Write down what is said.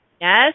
Yes